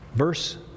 Verse